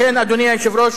לכן, אדוני היושב-ראש,